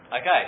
Okay